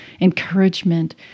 encouragement